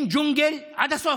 אם ג'ונגל, עד הסוף.